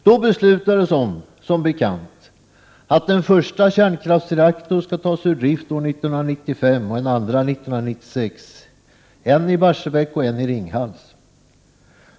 Då beslutades — som bekant — att en första kärnkraftsreaktor skall tas ur drift år 1995 och en andra 1996, en i Barsebäck och en i Ringhals.